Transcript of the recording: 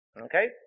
Okay